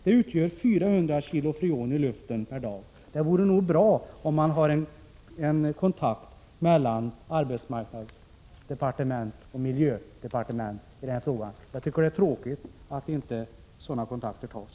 Det innebär 400 kg freon i luften varje dag! Det vore nog bra om man hade en kontakt mellan arbetsmarknadsdepartementet och miljödepartementet i den här frågan. Jag tycker att det är tråkigt att inte sådana kontakter tas.